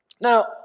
Now